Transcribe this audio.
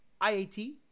IAT